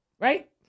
right